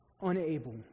unable